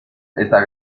está